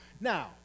Now